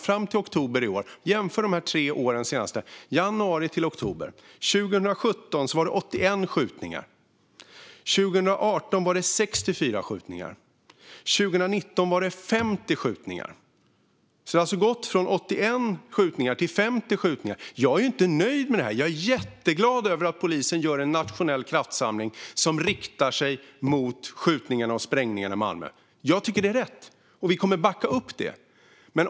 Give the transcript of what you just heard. Jämför man perioden januari till oktober de senaste tre åren ser man följande: 2017 var det 81 skjutningar, 2018 var det 64 skjutningar och 2019 var det 50 skjutningar. Det har alltså gått från 81 skjutningar till 50 skjutningar. Jag är ju inte nöjd med detta, men jag är jätteglad att polisen gör en nationell kraftsamling som riktar sig mot skjutningarna och sprängningarna i Malmö. Jag tycker att det är rätt, och vi kommer att backa upp det.